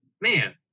man